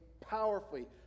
powerfully